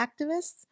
activists